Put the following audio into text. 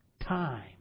time